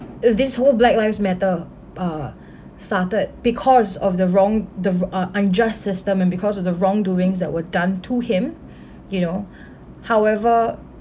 is this whole black lives matter uh started because of the wrong the wro~ uh unjust system and because of the wrongdoings that were done to him you know however